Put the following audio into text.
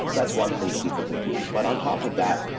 that's one thing that people can do. but on top of that,